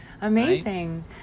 Amazing